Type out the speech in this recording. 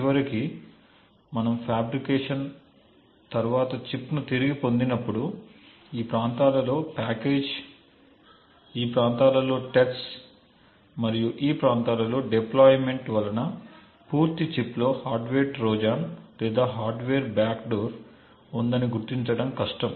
చివరికి మనము ఫాబ్రికేషన్ తర్వాత చిప్ను తిరిగి పొందినప్పుడు ఈ ప్రాంతాలలో ప్యాకేజీ ఈ ప్రాంతాలలో టెస్ట్స్ మరియు ఈ ప్రాంతాలలో డిప్లోయిమెంట్ వలన పూర్తి చిప్లో హార్డ్వేర్ ట్రోజన్ లేదా హార్డ్వేర్ బ్యాక్డోర్ ఉందని గుర్తించడం చాలా కష్టం